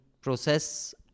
process